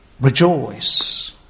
Rejoice